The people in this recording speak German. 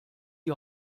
die